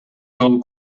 жолу